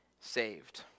saved